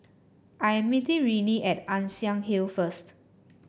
I am meeting Renee at Ann Siang Hill first